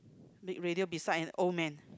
big radio beside an old man